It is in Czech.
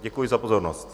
Děkuji za pozornost.